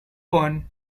one